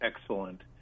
excellent